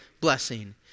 blessing